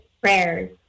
prayers